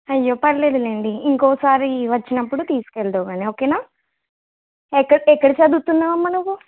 అయ్యో పర్వాలేదు లేండి ఇంకోసారి వచ్చినప్పుడు తీసుకు వెళ్దువు కానీ ఓకేనా ఎక్కడ ఎక్కడ చదువుతున్నావు అమ్మ నువ్వు